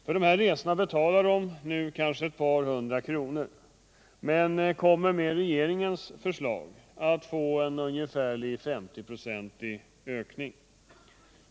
För dessa resor betalar de kanske ett par hundra kronor, men med regeringens förslag kommer de att få en ungefär 50-procentig ökning.